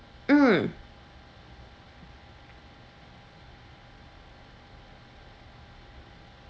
mm